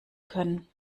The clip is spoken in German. können